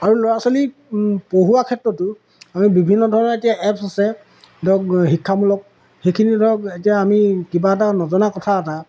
আৰু ল'ৰা ছোৱালী পঢ়োৱা ক্ষেত্ৰতো আমি বিভিন্ন ধৰণৰ এতিয়া এপছ আছে ধৰক শিক্ষামূলক সেইখিনি ধৰক এতিয়া আমি কিবা এটা নজনা কথা এটা